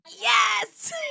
Yes